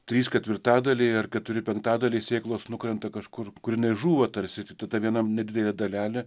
trys ketvirtadaliai ar keturi penktadaliai sėklos nukrenta kažkur kur jinai žūva tarsi ta viena nedidelė dalelė